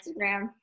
instagram